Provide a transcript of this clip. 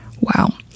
Wow